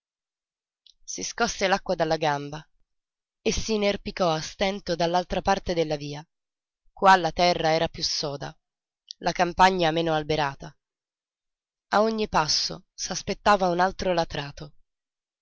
si scosse l'acqua dalla gamba e s'inerpicò a stento dall'altra parte della via qua la terra era piú soda la campagna meno alberata a ogni passo s'aspettava un altro latrato